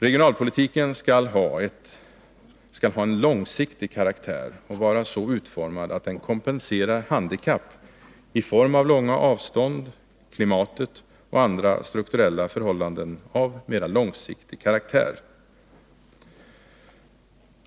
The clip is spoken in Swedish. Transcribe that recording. Regionalpolitiken skall ha en långsiktig karaktär och vara så utformad att den kompenserar handikapp i form av långa avstånd, klimat och andra strukturella förhållanden av mera långsiktig karaktär.